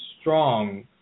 strong